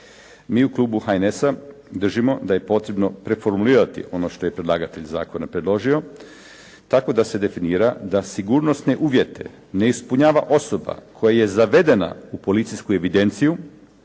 Mi u klubu HNS-a držimo da je potrebno preformulirati ono što je predlagatelj zakona predložio, tako da se definira da sigurnosne uvjete ne ispunjava osoba koja je zavedena u policijsku evidenciju